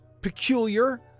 peculiar